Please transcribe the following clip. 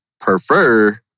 prefer